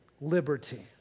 liberty